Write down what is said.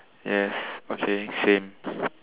yes okay same